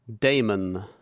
Damon